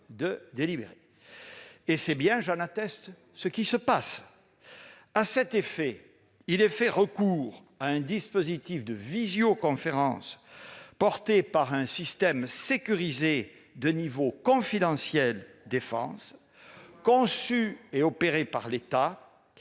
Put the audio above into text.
atteste, c'est bien ce qui se passe. À cet effet, il est fait recours à un dispositif de visioconférence, porté par un système sécurisé de niveau confidentiel défense, conçu et opéré par l'État,